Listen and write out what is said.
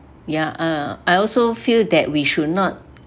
ya uh I also feel that we should not